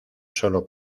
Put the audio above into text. solo